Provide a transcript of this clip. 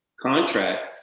contract